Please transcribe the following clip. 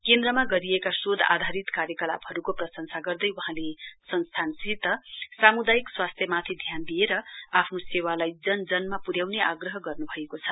केन्द्रमा गरिएका शोध आधारित कार्यकलापहरूको प्रशंसा गर्दै वहाँले संस्तानसित सामुदायिक स्वास्थ्यमाथि ध्यान दिएर आफ्नो सेवालाई जनजनमा पुर्याउने आग्रह गर्नु भएको छ